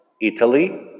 Italy